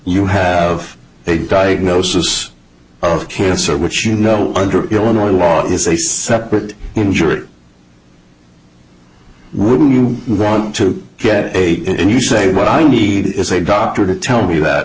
you have a diagnosis of cancer which you know under illinois law is a separate injury wouldn't you want to get a and you say what i need is a doctor to tell me that